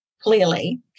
clearly